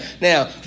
now